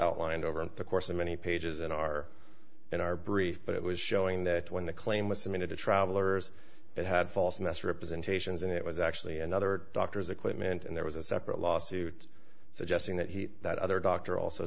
outlined over the course of many pages in our in our brief but it was showing that when the claim was submitted to travelers that had false and that's representations and it was actually another doctor's equipment and there was a separate lawsuit suggesting that he that other doctor also